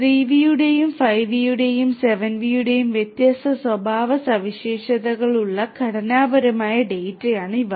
3 V യുടെയും 5 V യുടെയും 7 V യുടെയും വ്യത്യസ്ത സ്വഭാവസവിശേഷതകളുള്ള ഘടനാപരമായ ഡാറ്റയാണ് ഇവ